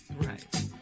Right